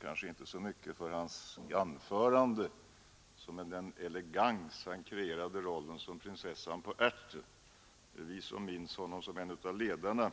kanske inte så mycket för hans anförande som för den elegans med vilken han kreerade rollen som prinsessan på ärten. Vi som minns honom som en av ledarna